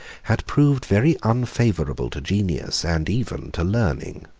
had proved very unfavorable to genius, and even to learning.